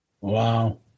Wow